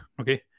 Okay